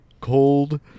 cold